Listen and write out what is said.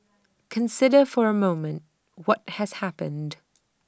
consider for A moment what has happened